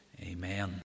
Amen